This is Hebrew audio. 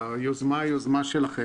היוזמה היא שלכם,